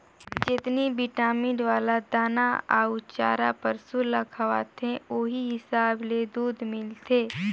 जेतनी बिटामिन वाला दाना अउ चारा पसु ल खवाथे ओहि हिसाब ले दूद मिलथे